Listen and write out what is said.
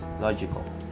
logical